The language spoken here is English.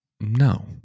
No